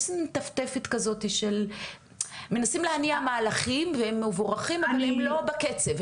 טפטפת כזאתי שמנסים להניע מהלכים והם מבורכים אבל הם לא בקצב,